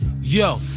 Yo